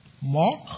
Mark